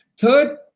Third